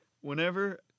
whenever